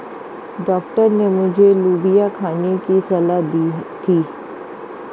doctor ने मुझे लोबिया खाने की सलाह दी थी